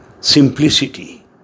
Simplicity